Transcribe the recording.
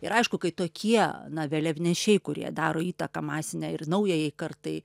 ir aišku kai tokie na vėliavnešiai kurie daro įtaką masinę ir naujajai kartai